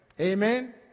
Amen